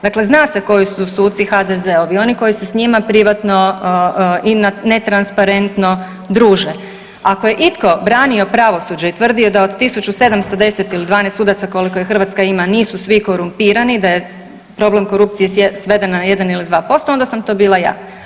Dakle, zna se koji su suci HDZ-ovi, oni koji se s njima privatno i netransparentno druže ako je itko branio pravosuđe i tvrdio da od 1710 ili 12 sudaca koliko ih Hrvatska ima nisu svi korumpirani, da je problem korupcije sveden na 1 ili 2% onda sam to bila ja.